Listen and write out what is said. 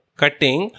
cutting